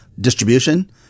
distribution